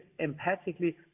empathically